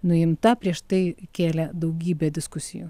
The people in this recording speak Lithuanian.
nuimta prieš tai kėlė daugybę diskusijų